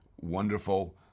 wonderful